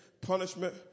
punishment